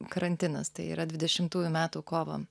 karantinas tai yra dvidešimtųjų metų kovo